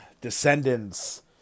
Descendants